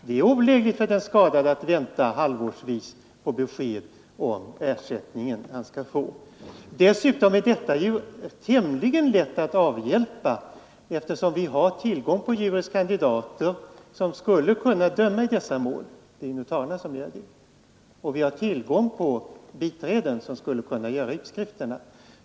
Det är olägligt för den skadade att vänta halvårsvis på besked om vilken ersättning han skall få. Dessutom är detta tämligen lätt att avhjälpa, eftersom vi har tillgång på juris kandidater, som skulle kunna döma i dessa mål. Det är notarierna som jag syftar på. Vi har också tillgång till biträden som skulle kunna göra utskrifterna.